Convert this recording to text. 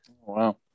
Wow